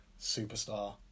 superstar